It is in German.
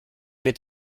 mit